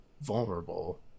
vulnerable